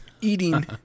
Eating